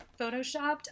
photoshopped